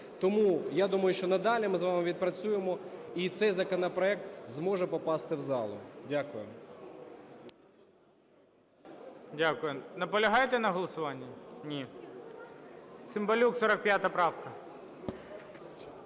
Тому я думаю, що надалі ми з вами відпрацюємо, і цей законопроект зможе попасти в залу. Дякую. ГОЛОВУЮЧИЙ. Дякую. Наполягаєте на голосуванні? Ні. Цимбалюк, 45 правка.